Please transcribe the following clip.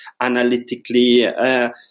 analytically